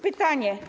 Pytanie.